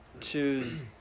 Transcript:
choose